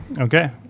Okay